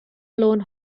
lôn